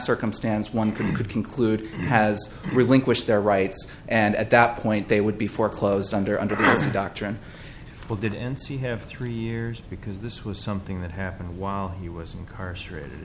circumstance one can could conclude has relinquished their rights and at that point they would be foreclosed under under this doctrine well didn't she have three years because this was something that happened while he was incarcerated